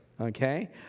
Okay